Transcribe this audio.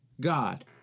God